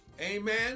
Amen